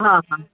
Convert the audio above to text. हा हा